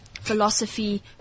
philosophy